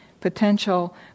potential